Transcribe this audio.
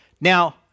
Now